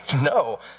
No